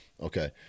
Okay